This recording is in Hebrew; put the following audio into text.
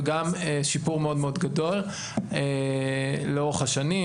וגם שיפור מאוד מאוד גדול לאורך השנים,